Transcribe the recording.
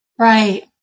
Right